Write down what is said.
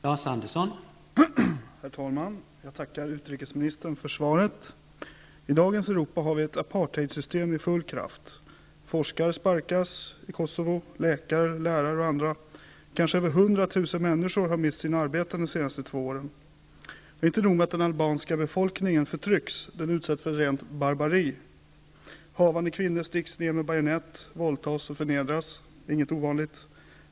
Herr talman! Jag tackar utrikesministern för svaret. I dagens Europa har vi ett apartheidsystem i full kraft. Forskare, läkare, lärare och andra sparkas i Kosovo, och kanske över 100 000 människor har mist sina arbeten de senaste två åren. Inte nog med att den albanska befolkningen förtrycks; den utsätts för rent barbari. Havande kvinnor sticks ned med bajonett, våldtas och förnedras -- det är inget ovanligt.